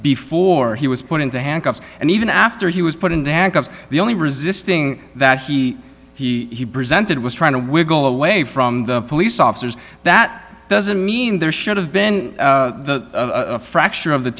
before he was put into handcuffs and even after he was put in handcuffs the only resisting that he he presented was trying to wiggle away from the police officers that doesn't mean there should have been a fracture of the